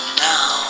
now